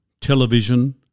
television